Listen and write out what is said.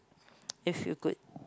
yes you good